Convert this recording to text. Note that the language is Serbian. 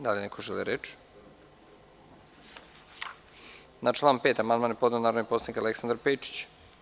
Da li neko želi reč? (Ne) Na član 5. amandman je podneo narodni poslanik Aleksandar Pejčić.